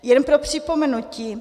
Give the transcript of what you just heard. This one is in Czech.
Jenom pro připomenutí.